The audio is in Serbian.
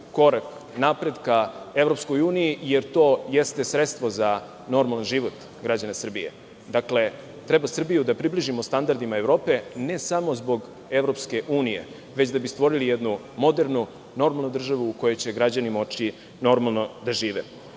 korak napred ka EU, jer to jeste sredstvo za normalan život građana Srbije. Dakle, treba Srbiju da približimo standardima Evrope ne samo zbog EU, već da bi stvorili jednu modernu, normalnu državu u kojoj će građani moći normalno da